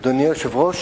אדוני היושב-ראש,